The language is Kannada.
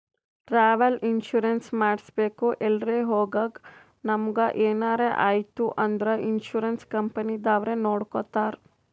ಟ್ರಾವೆಲ್ ಇನ್ಸೂರೆನ್ಸ್ ಮಾಡಿಸ್ಬೇಕ್ ಎಲ್ರೆ ಹೊಗಾಗ್ ನಮುಗ ಎನಾರೆ ಐಯ್ತ ಅಂದುರ್ ಇನ್ಸೂರೆನ್ಸ್ ಕಂಪನಿದವ್ರೆ ನೊಡ್ಕೊತ್ತಾರ್